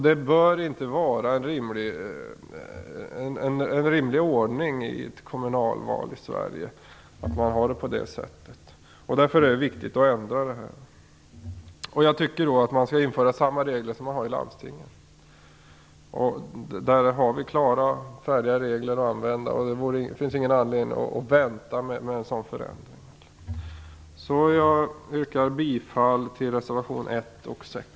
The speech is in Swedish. Det bör inte vara rimligt i ett kommunalval i Sverige. Därför är det viktigt att ändra på det. Jag tycker att man skall införa samma regler som man har i landstingen. Det finns färdiga regler att använda. Det finns ingen anledning att vänta med en sådan förändring. Jag yrkar bifall till reservationerna 1 och 6.